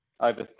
over